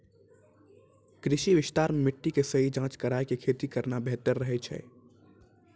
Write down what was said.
कृषि विस्तार मॅ मिट्टी के सही जांच कराय क खेती करना बेहतर रहै छै